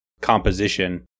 composition